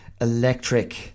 electric